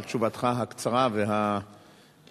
על תשובתך הקצרה ובמקום,